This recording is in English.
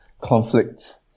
conflict